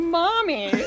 mommy